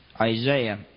Isaiah